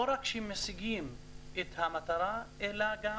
לא רק שמשיגים את המטרה, אלא גם